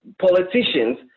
politicians